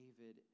david